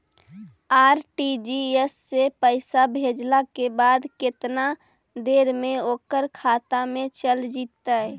RTGS से पैसा भेजला के बाद केतना देर मे ओकर खाता मे चल जितै?